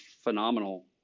phenomenal